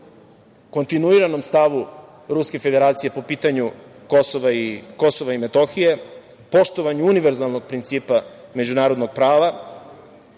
kontinuiranom stavu Ruske Federacije po pitanju KiM, poštovanju univerzalnog principa međunarodnog prava,